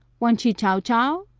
wanchee chow-chow.